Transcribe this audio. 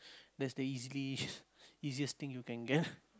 that's the easily easiest thing you can get